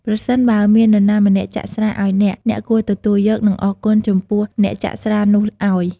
ប្រសិនបើមាននរណាម្នាក់ចាក់ស្រាអោយអ្នក អ្នកគួរទទួលយក និងអរគុណចំពោះអ្នកចាក់ស្រានោះអោយ។